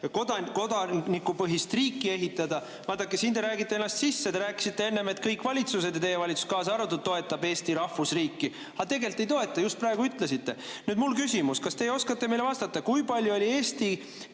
kodanikupõhist riiki ehitada – vaadake, siin te räägite ennast sisse. Te rääkisite enne, et kõik valitsused, teie valitsus kaasa arvatud, on toetanud Eesti rahvusriiki. Aga tegelikult ei toeta, te just praegu ütlesite. Nüüd on mul küsimus: kas te oskate meile vastata, kui palju oli eesti